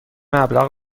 مبلغ